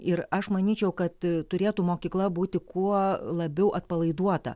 ir aš manyčiau kad turėtų mokykla būti kuo labiau atpalaiduota